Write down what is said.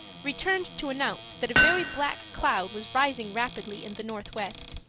returned to announce that a very black cloud was rising rapidly in the northwest.